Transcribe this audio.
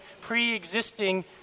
pre-existing